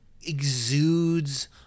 exudes